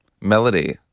Melody